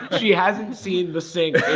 she hasn't seen the sink